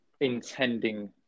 intending